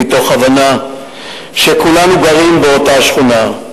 מתוך הבנה שכולנו גרים באותה שכונה.